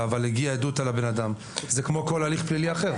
אבל הגיעה עדות עליו אז זה כמו הליך פלילי אחר.